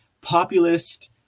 populist